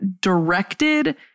directed